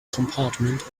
compartment